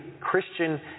Christian